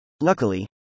Luckily